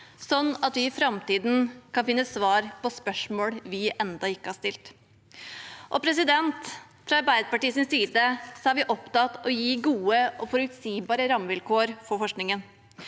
slik at vi i framtiden kan finne svar på spørsmål vi enda ikke har stilt. Fra Arbeiderpartiets side er vi opptatt av å gi gode og forutsigbare rammevilkår for forskningen.